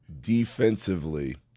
defensively